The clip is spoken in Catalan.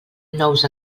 nous